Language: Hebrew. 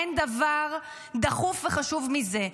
אין דבר דחוף וחשוב מזה.